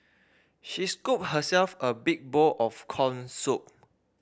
she scooped herself a big bowl of corn soup